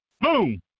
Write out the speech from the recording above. Boom